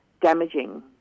damaging